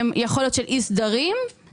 הסיבה השנייה היא שיש להן אישור הגשת מסמכים,